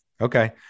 Okay